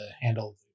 handle